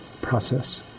process